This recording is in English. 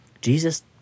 Jesus